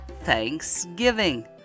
Thanksgiving